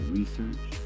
research